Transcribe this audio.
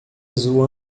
azul